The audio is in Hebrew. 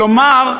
כלומר,